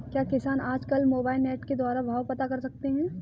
क्या किसान आज कल मोबाइल नेट के द्वारा भाव पता कर सकते हैं?